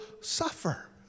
suffer